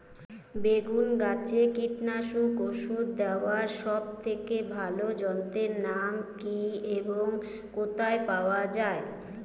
বেগুন গাছে কীটনাশক ওষুধ দেওয়ার সব থেকে ভালো যন্ত্রের নাম কি এবং কোথায় পাওয়া যায়?